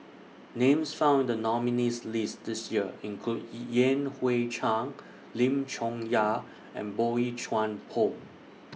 Names found in The nominees' list This Year include Yan Hui Chang Lim Chong Yah and Boey Chuan Poh